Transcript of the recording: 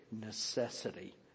necessity